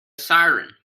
siren